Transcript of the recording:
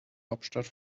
hauptstadt